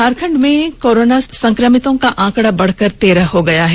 झारखण्ड में कोरोना संक्रमितों का आंकड़ा बढ़कर तेरह हो गया है